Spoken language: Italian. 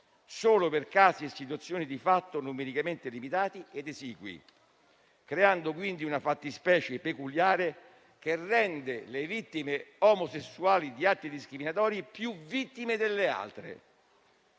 solo per casi e situazioni di fatto numericamente limitati ed esigui, creando quindi una fattispecie peculiare che rende le vittime omosessuali di atti discriminatori più vittime delle altre.